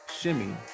Shimmy